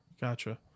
gotcha